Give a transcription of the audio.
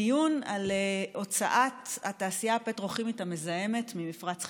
דיון על הוצאת התעשייה הפטרוכימית המזהמת ממפרץ חיפה.